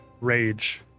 rage